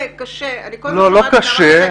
לא, לא קשה.